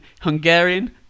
Hungarian